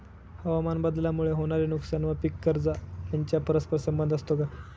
हवामानबदलामुळे होणारे नुकसान व पीक कर्ज यांचा परस्पर संबंध असतो का?